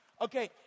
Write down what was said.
Okay